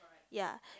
ya